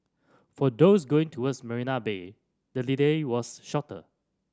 for those going towards Marina Bay the delay was shorter